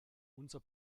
unser